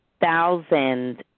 Thousand